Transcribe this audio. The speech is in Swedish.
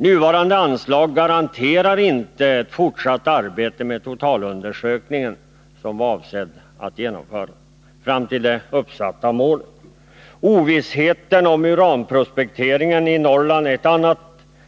Nuvarande anslag garanterar inte fortsatt arbete med totalundersökningen fram till det uppsatta målet. Ovissheten om uranprospekteringen i Norrland är